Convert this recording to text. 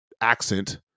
accent